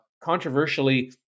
Controversially